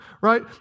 right